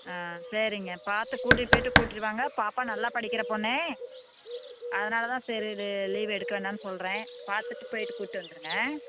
ஆ சரிங்க பார்த்து கூட்டிட்டு போய்ட்டு கூட்டிட்டு வாங்க பாப்பா நல்லா படிக்கிற பொண்ணு அதனால் தான் சரி லீவு எடுக்க வேணாம்னு சொல்கிறேன் பார்த்துட்டு போய்ட்டு கூட்டு வந்துவிடுங்க